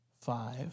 five